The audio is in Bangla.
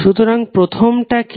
সুতরাং প্রথম টা কি